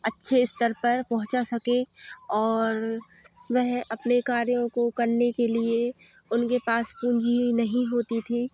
अच्छे स्तर पर पहुँचा सके और वह अपने कार्यों को करने के लिए उनके पास पूँजी नहीं होती थी